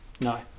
No